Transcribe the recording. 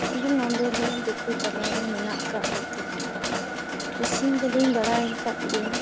ᱟᱫᱚ ᱱᱚᱸᱰᱮ ᱫᱚ ᱫᱤᱠᱩ ᱛᱟᱞᱟᱨᱮ ᱢᱮᱱᱟᱜ ᱟᱠᱟᱫ ᱞᱮᱛᱮ ᱤᱥᱤᱱ ᱠᱚᱫᱚᱧ ᱵᱟᱲᱟᱭ ᱟᱠᱟᱫ ᱜᱮᱭᱟ